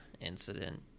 incident